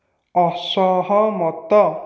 ଅସହମତ